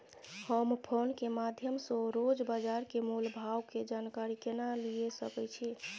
हम फोन के माध्यम सो रोज बाजार के मोल भाव के जानकारी केना लिए सके छी?